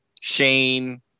Shane